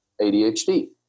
ADHD